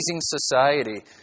society